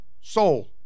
soul